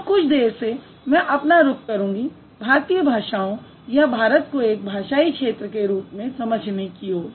और कुछ देर से मैं अपना रुख करूंगी भारतीय भाषाओं या भारत को एक भाषाई क्षेत्र के रूप में समझने की ओर